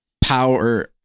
power